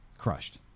Crushed